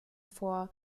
vor